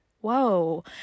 Whoa